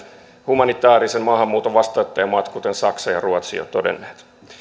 humanitaarisen maahanmuuton vastaanottajamaat kuten saksa ja ruotsi ovat jo todenneet